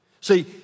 See